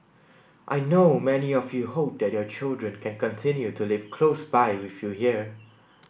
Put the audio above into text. I know many of you hope that your children can continue to live close by with you here